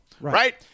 Right